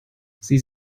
sie